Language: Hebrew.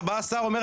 ובא השר ואומר,